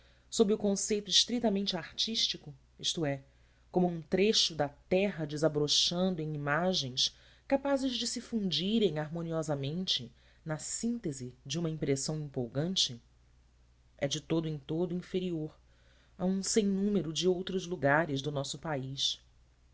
sob o conceito estritamente artístico isto é como um trecho da terra desabrochando em imagens capazes de se fundirem harmoniosamente na síntese de uma impressão empolgante é de todo em todo inferior a um sem número de outros lugares do nosso país